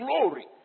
glory